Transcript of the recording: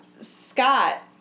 Scott